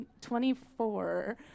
24